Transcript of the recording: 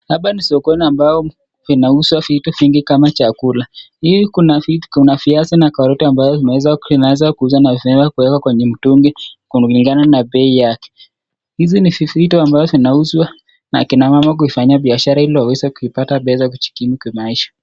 Hapa ni sokoni ambao kunauzwa vitu vingi kama chakula, hii kuna viazi na karoti ambazo zimeweza kuuzwa na kuwekwa kwenye mtungi kulingana na bei yake. Hizi ni vitu ambazo zinauzwa na kina mama ili kupata pesa ili waweze kujikimu kimaisha.